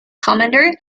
commander